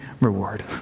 reward